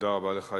תודה רבה לך,